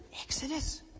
Exodus